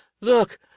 Look